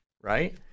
right